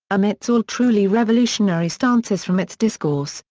omits all truly revolutionary stances from its discourse,